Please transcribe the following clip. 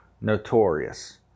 notorious